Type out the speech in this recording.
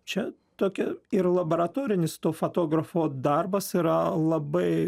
čia tokia ir laboratorinis to fotografo darbas yra labai